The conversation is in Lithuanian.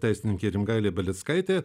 teisininkė rimgailė belickaitė